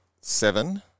seven